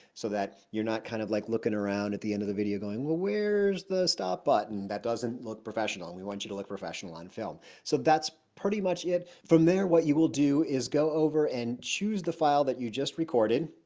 so that you're not kind of like, looking around at the end of the video going where's the stop button? that doesn't look professional and we want to look professional on film. so that's pretty much it. from there what you will do is go over and choose the file that you just recorded.